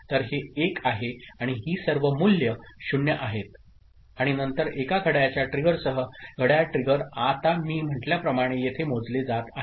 तर हे 1 आहे आणि ही सर्व मूल्ये 0 आहेत आणि नंतर एका घड्याळाच्या ट्रिगरसह घड्याळ ट्रिगर आता मी म्हटल्याप्रमाणे येथे मोजले जात आहे